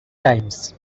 times